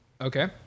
Okay